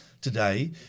today